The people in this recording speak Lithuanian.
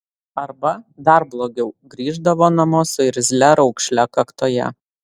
arba dar blogiau grįždavo namo su irzlia raukšle kaktoje